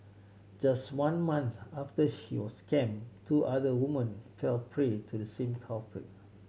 just one month after she was scammed two other women fell prey to the same culprit